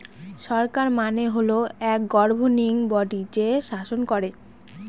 সরকার মানে হল এক গভর্নিং বডি যে শাসন করেন